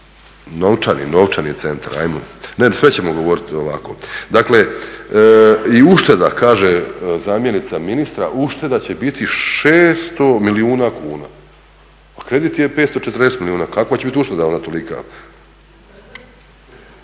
Novčani, novčani centar, sve ćemo govoriti ovako. Dakle i ušteda, kaže zamjenica ministra, ušteda će biti 600 milijuna kuna. Pa kredit je 540 milijuna, kakva će bit ušteda onda tolika?